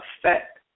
affect